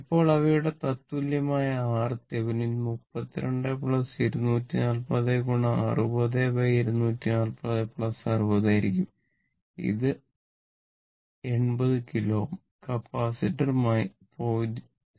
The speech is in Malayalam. ഇപ്പോൾ അവയുടെ തത്തുല്യമായ RThevenin 32 240 60240 60 ആയിരിക്കും അത് 80 കിലോ Ω കപ്പാസിറ്റർ 0